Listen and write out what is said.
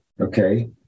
Okay